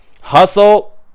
hustle